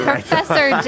Professor